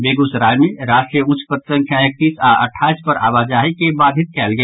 बेगूसराय मे राष्ट्रीय उच्च पथ संख्या एकतीस आओर अट्ठाईस पर आवाजाही के बाधित कयल गेल